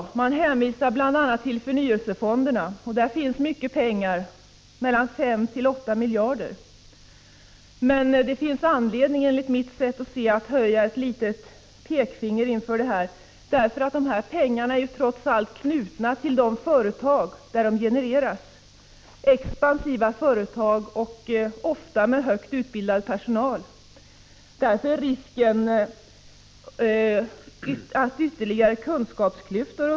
Utskottet hänvisar till bl.a. förnyelsefonderna, och där finns det mycket pengar, mellan 5 och 8 miljarder. Det finns enligt mitt sätt att se anledning att höja ett varningens pekfinger inför detta. Dessa pengar är trots allt knutna till de företag där de genereras — expansiva företag och ofta företag med högt utbildad personal. Därför är det risk för ytterligare kunskapsklyftor.